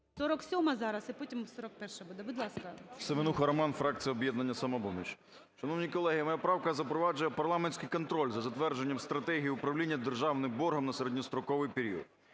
47-а зараз, а потім 41-а буде. Будь ласка. 16:45:27 СЕМЕНУХА Р.С. Семенуха Роман, фракція "Об'єднання "Самопоміч". Шановні колеги, моя правка запроваджує парламентський контроль за затвердженням стратегії управління державним боргом на середньостроковий період.